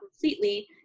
completely